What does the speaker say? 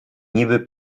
niby